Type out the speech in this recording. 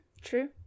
True